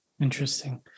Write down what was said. Interesting